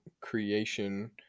creation